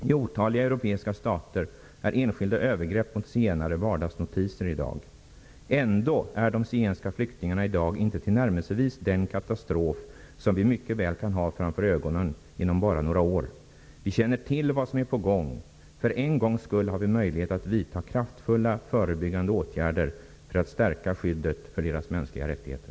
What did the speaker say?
I otaliga europeiska stater är enskilda övergrepp mot zigenare vardagsnotiser i dag. Ändå är situationen när det gäller de zigenska flyktingarna i dag inte tillnärmelsevis den katastrof som vi mycket väl kan ha framför ögonen inom bara några år. Vi känner till vad som är på gång. För en gångs skull har vi möjlighet att vidta kraftfulla förebyggande åtgärder för att stärka skyddet för deras mänskliga rättigheter.